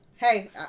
Hey